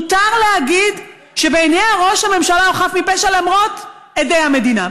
מותר להגיד שבעיניה ראש הממשלה הוא חף מפשע למרות עדי המדינה,